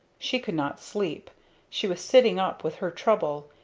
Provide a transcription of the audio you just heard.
she could not sleep she was sitting up with her trouble,